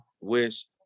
Wish